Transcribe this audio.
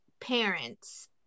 parents